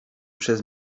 przez